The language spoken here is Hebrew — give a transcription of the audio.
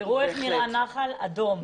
תראו איך נראה הנחל, אדום.